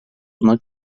buna